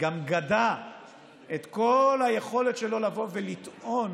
גם גדע את כל היכולת שלו לבוא ולטעון